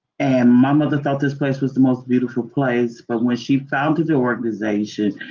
and my mother felt this place was the most beautiful place but when she founded the organization,